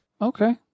Okay